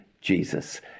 Jesus